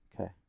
Okay